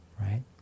right